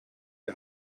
die